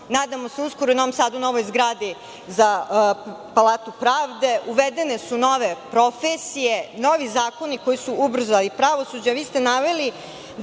Nadamo se uskoro u Novom Sadu novoj zgradi za palatu pravde. Uvedene su nove profesije, novi zakoni koji su ubrazali pravosuđe,